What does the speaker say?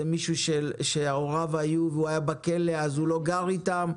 זה מישהו שהוריו גרו בדירה והוא היה באותה עת בכלא אז הוא לא גר איתם,